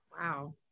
wow